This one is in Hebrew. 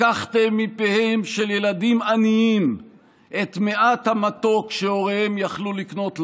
לקחתם מפיהם של ילדים עניים את מעט המתוק שהוריהם יכלו לקנות להם,